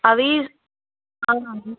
అవీ అవునా అండి